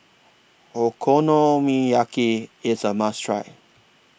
Okonomiyaki IS A must Try